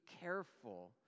careful